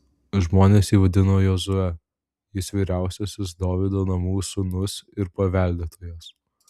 žmonės jį vadino jozue jis vyriausiasis dovydo namų sūnus ir paveldėtojas